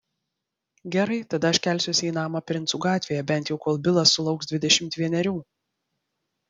gerai tada aš kelsiuosi į namą princų gatvėje bent jau kol bilas sulauks dvidešimt vienerių